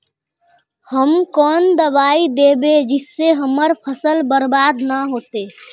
हम कौन दबाइ दैबे जिससे हमर फसल बर्बाद न होते?